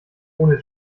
ohne